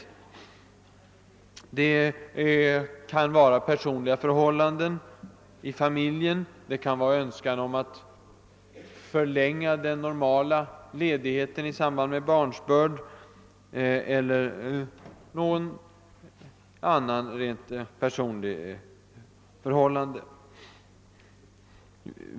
Det kan även bero på familjeskäl, det kan vara en önskan om att förlänga den normala ledigheten i samband med barnsbörd eller något annat rent personligt förhållande.